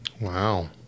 Wow